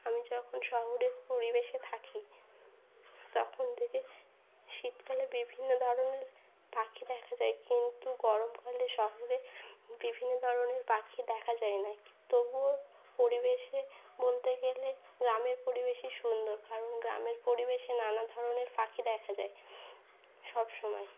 আমি যখন শহরের পরিবেশে থাকি তখন থেকে শীতকালে বিভিন্ন ধরনের পাখি দেখা যায় কিন্তু গরমকালে শহরে বিভিন্ন ধরনের পাখি দেখা যায় না তবুও পরিবেশে বলতে গেলে গ্রামের পরিবেশই সুন্দর কারণ গ্রামের পরিবেশে নানা ধরনের পাখি দেখা যায় সব সময়